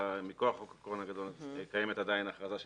מכוח חוק הקורונה הגדול קיימת עדיין החלטה של